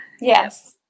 Yes